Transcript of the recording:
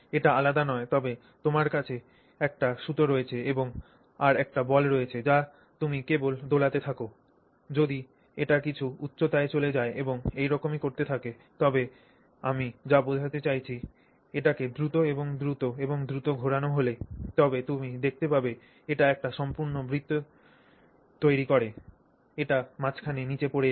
এটি আলাদা নয় তবে তোমার কাছে একটি সুতো রয়েছে এবং আর একটি বল রয়েছে যা তুমি কেবল দোলাতে থাক যদি এটি কিছু উচ্চতায় চলে যায় এবং এরকমই করতে থাকে তবে আমি যা বোঝাতে চাইছি এটিকে দ্রুত এবং দ্রুত এবং দ্রুত ঘোরানো হলে তবে তুমি দেখতে পাবে এটি একটি সম্পূর্ণ বৃত্ত তৈরি করে এটি মাঝখানে নিচে পড়ে না